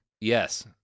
Yes